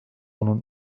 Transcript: bunun